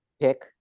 pick